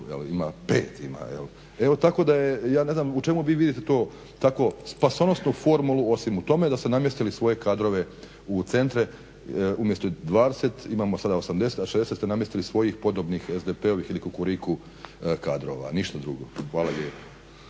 ima 5. Tako da ja ne znam u čemu vi vidite ako spasonosnu formulu osim u tome da ste namjestili svoje kadrove u centre umjesto 20 sada imamo 80, a 60 ste namjestili svojih SDP-ovih ili kukriku kadrova, ništa drugo. Hvala lijepo.